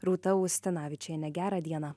rūta ustinavičiene gerą dieną